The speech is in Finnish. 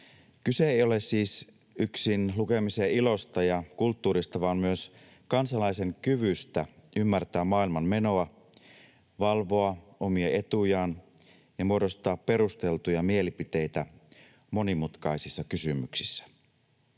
Kyse ei ole siis yksin lukemisen ilosta ja kulttuurista vaan myös kansalaisen kyvystä ymmärtää maailmanmenoa, valvoa omia etujaan ja muodostaa perusteltuja mielipiteitä monimutkaisissa kysymyksissä.